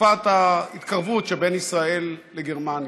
בתקופת ההתקרבות שבין ישראל לגרמניה.